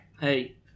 Hey